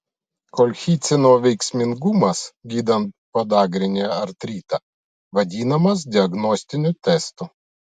kolchicino veiksmingumas gydant podagrinį artritą vadinamas diagnostiniu testu